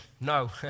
No